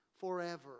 Forever